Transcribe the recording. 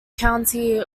county